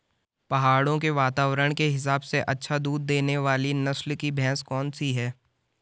पहाड़ों के वातावरण के हिसाब से अच्छा दूध देने वाली नस्ल की भैंस कौन सी हैं?